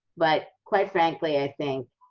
but, quite frankly, i think